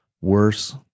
worse